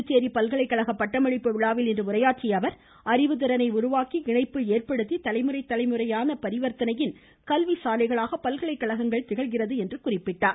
புதுச்சேரி பல்கலைக்கழக பட்டமளிப்பு விழாவில் இன்று உரையாற்றிய அவர் அறிவுத்திறனை உருவாக்கி இணைப்பு ஏற்படுத்தி தலைமுறை தலைமுறையான பரிவர்த்தனையின் கல்வி சாலைகளாக பல்கலைக்கழகங்கள் திகழ்கிறது என்றார்